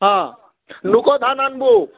ହଁ ନୁକୋ ଧାନ୍ ଆନ୍ବୁ